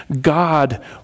God